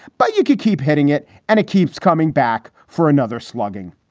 but you could keep hitting it and it keeps coming back for another slugging.